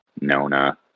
Nona